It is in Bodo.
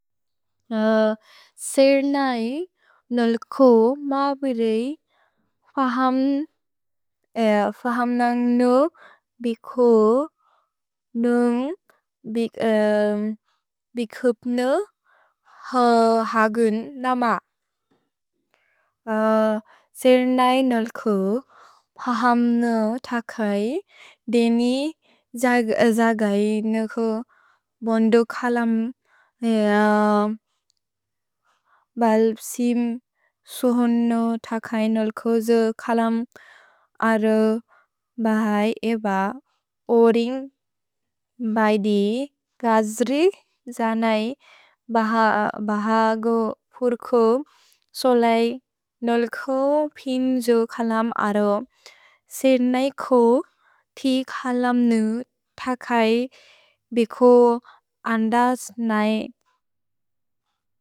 स्êर् न्इ नोल् कू म्बिरेइ फहम् न्न्ग् न् बिख् नुन्ग् बिख्प् न् ह्गुन् न्म। स्êर् न्इ नोल् कू फहम् न् थकै देनि जगै न् कू बोन्दो कलम् बल्प्सिम् सोहोन् न् थकै न्ल् कू जो कलम् अरो बहै एब। स्êर् न्इ नोल् कू फहम् न् थकै देनि जगै न् कू बोन्दो कलम् बल्प्सिम् सोहोन् न्ल् कू जो कलम् अरो बहै एब।